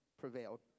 prevailed